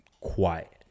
quiet